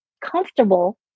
comfortable